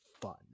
fun